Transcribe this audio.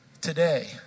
Today